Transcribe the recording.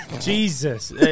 Jesus